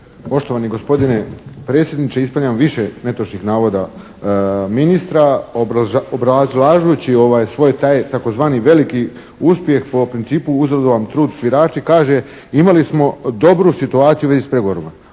Poštovani gospodine predsjedniče, ispravljam više netočnih navoda ministra obrazlažući ovaj svoj taj tzv. veliki uspjeh po principu uzalud vam trud svirači kaže imali smo dobru situaciju u vezi s pregovorima.